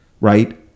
right